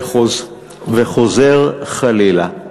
וחוזר חלילה.